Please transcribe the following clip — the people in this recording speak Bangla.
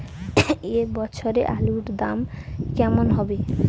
এ বছর আলুর দাম কেমন হবে?